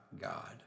God